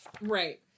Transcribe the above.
Right